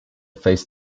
face